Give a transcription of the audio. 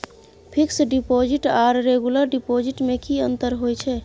Fix deposit आर regular deposit में की अंतर होय छै?